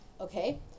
Okay